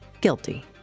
guilty